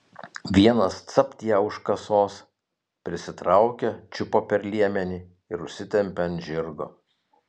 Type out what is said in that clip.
vienas capt ją už kasos prisitraukė čiupo per liemenį ir užsitempė ant žirgo